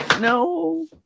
no